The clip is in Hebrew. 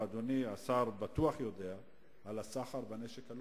ואדוני השר בטוח יודע על הסחר בנשק הלא-חוקי,